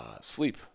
sleep